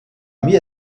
mir